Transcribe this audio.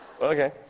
Okay